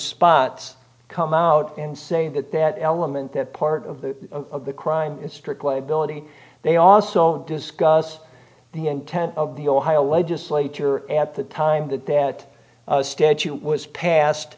spots come out and say that that element that part of the crime in strict liability they also discussed the intent of the ohio legislature at the time that that statute was passed